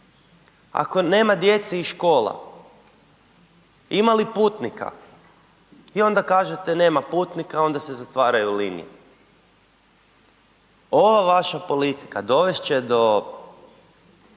Ako nema djece i škola, ima li putnika i onda kažete nema putnika onda se zatvaraju linije. Ova vaša politika dovest će do